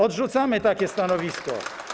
Odrzucamy takie stanowisko.